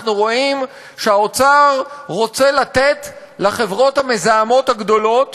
אנחנו רואים שהאוצר רוצה לתת לחברות המזהמות הגדולות